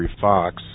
Fox